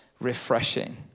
refreshing